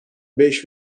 beş